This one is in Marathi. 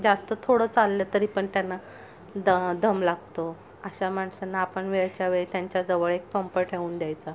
जास्त थोडं चाललं तरी पण त्यांना द दम लागतो अशा माणसांना आपण वेळच्यावेळी त्यांच्याजवळ एक पंप ठेवून द्यायचा